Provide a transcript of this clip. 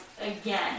again